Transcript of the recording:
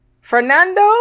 fernando